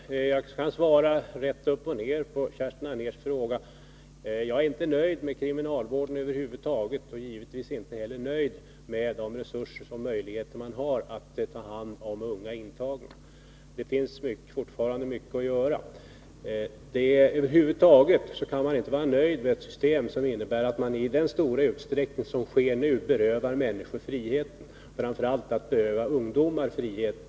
Herr talman! Jag kan svara rätt upp och ner på Kerstin Anérs fråga. Jag är inte heller nöjd med kriminalvården över huvud taget och givetvis inte nöjd med de resurser och möjligheter man har att ta hand om unga intagna. Det finns fortfarande mycket att göra. Över huvud taget kan man inte vara nöjd med ett system som innebär att man i den stora utsträckning som sker nu berövar människor friheten — framför allt berövar ungdomar friheten.